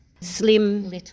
slim